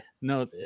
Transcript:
no